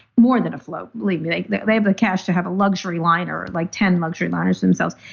more than afloat, believe me, like they they have the cash to have a luxury liner like ten luxury liners themselves.